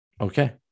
Okay